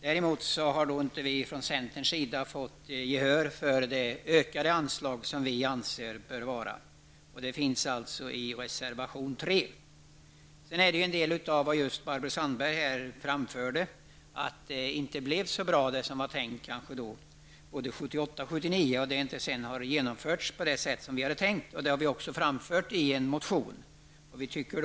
Däremot har vi från centerns sida inte fått gehör för vårt krav på ett större anslag. Det framför vi i reservation nr 3. Barbro Sandberg talade om att det inte blev så bra som man hade tänkt både 1978 och 1979 och att det sedan inte har genomförts på det sätt som var tänkt. Detta har vi framfört i reservation nr 5.